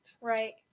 Right